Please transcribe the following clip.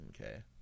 Okay